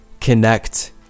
connect